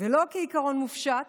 ולא כעיקרון מופשט,